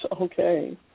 Okay